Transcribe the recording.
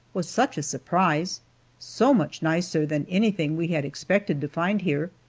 was such a surprise so much nicer than anything we had expected to find here,